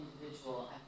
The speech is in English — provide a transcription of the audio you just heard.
individual